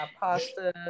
pasta